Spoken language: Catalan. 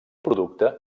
producte